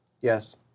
Yes